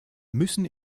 müssen